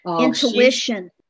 intuition